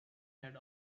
had